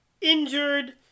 injured